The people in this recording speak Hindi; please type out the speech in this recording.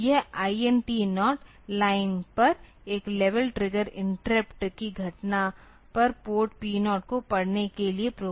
तो यह I N T 0 लाइन पर एक लेवल ट्रिगर इंटरप्ट की घटना पर पोर्ट P 0 को पढ़ने के लिए प्रोग्राम करेगा